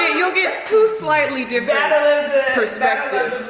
ah you'll get two slightly different perspective.